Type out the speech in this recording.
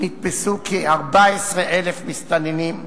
נתפסו כ-14,000 מסתננים,